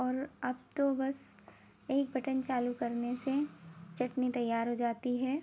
और अब तो बस एक बटन चालू करने से चटनी तैयार हो जाती है